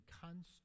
constant